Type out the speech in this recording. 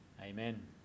amen